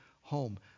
home